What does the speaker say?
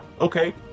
okay